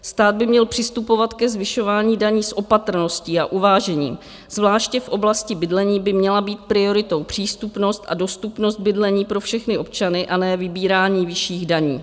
Stát by měl přistupovat ke zvyšování daní s opatrností a uvážením, zvláště v oblasti bydlení by měla být prioritou přístupnost a dostupnost bydlení pro všechny občany, a ne vybírání vyšších daní.